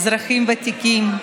אזרחים ותיקים.